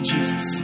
Jesus